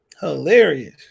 Hilarious